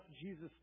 Jesus